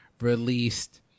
released